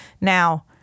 now